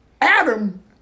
Adam